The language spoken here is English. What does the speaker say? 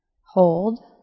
Hold